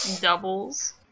doubles